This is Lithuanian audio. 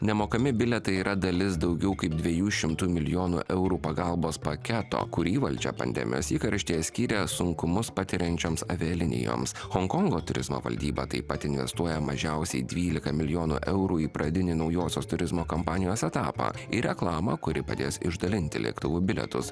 nemokami bilietai yra dalis daugiau kaip dviejų šimtų milijonų eurų pagalbos paketo kurį valdžia pandemijos įkarštyje skiria sunkumus patiriančioms avialinijoms honkongo turizmo valdyba taip pat investuoja mažiausiai dvylika milijonų eurų į pradinį naujosios turizmo kampanijos etapą ir reklamą kuri padės išdalinti lėktuvų bilietus